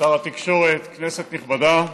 שר התקשורת, כנסת נכבדה,